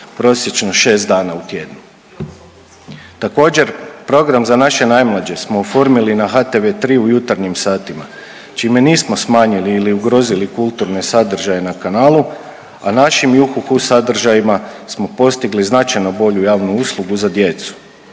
prosječno 6 dana u tjednu. Također program za naše najmlađe smo oformili na HTV3 u jutarnjim satima čime nismo smanjili ili ugrozili kulturne sadržaje na kanalu, a našim Juhuhu sadržajima smo postigli značajno bolju javnu uslugu za djecu.